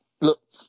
look